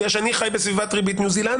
בגלל שאני חי בסביבת ריבית ניו-זילנדית.